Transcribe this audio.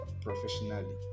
professionally